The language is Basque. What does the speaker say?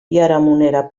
biharamunera